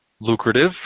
lucrative